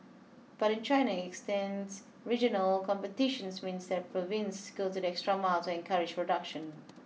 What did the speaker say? but in China extends regional competitions means that province go the extra miles to encourage production